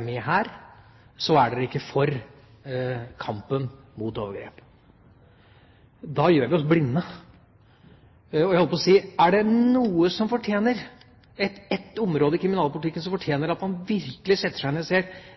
med her, så er dere ikke for kampen mot overgrep. Da gjør vi oss blinde. Er det ett område i kriminalpolitikken som fortjener at tiltakene